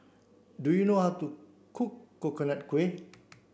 do you know how to cook Coconut Kuih